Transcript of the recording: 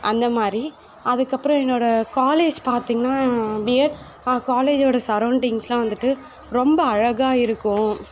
அந்தமாதிரி அதுக்கப்புறோம் என்னோடய காலேஜ் பார்த்திங்கனா பிஎட் காலேஜோடய சரோன்டிங்ஸ்லாம் வந்துட்டு ரொம்ப அழகா இருக்கும்